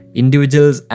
individuals